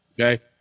Okay